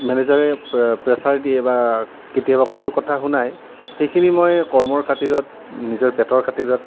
মেনেজাৰে প্ৰেছাৰ দিয়ে বা কেতিয়াবা কটু কথা শুনায় সেইখিনি মই কৰ্মৰ খাতিৰত নিজৰ পেটৰ খাতিৰত